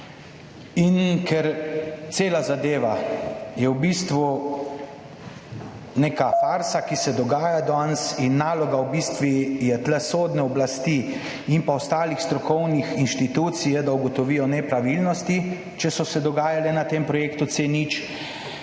Ker cela zadeva je v bistvu neka farsa, ki se dogaja danes in naloga v bistvu je tu sodne oblasti in pa ostalih strokovnih inštitucij je, da ugotovijo nepravilnosti, če so se dogajale na tem projektu C0 in